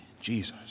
Jesus